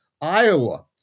Iowa